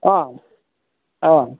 অঁ অঁ